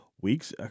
Weeks